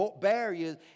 Barriers